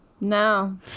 no